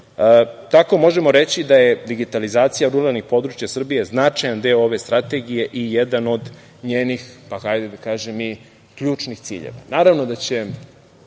možemo reći da je digitalizacija ruralnih područja Srbije značajan deo ove strategije i jedan od njenih, da kažem ključnih ciljeva.